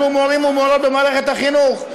אנחנו מורים ומורות במערכת החינוך.